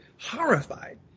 horrified